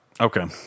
Okay